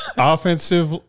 Offensive